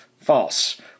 False